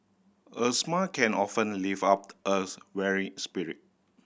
a smile can often lift up weary spirit